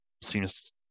seems